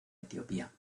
etiopía